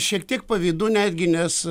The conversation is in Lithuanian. šiek tiek pavydu netgi nes